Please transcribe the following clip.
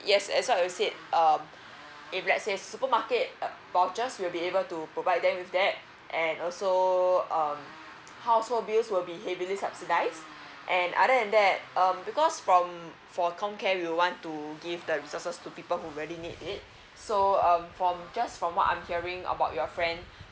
yes as what I've said if let's say supermarket vouchers will be able to provide them with that and also uh household bills will be heavily subsidies and other than that um because from um for comcare we want to give the resources to people who really need it so uh for um just from what I'm hearing about your friend